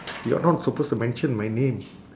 you're not supposed to mention my name